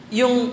yung